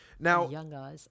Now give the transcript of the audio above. Now